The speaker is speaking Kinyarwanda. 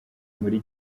muri